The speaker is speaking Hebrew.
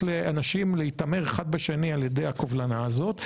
לאנשים להתעמר אחד בשני על ידי הקובלנה הזאת,